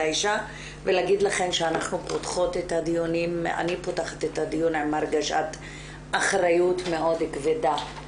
האשה ולהגיד לכן שאני פותחת את הדיון עם הרגשת אחריות מאוד כבדה.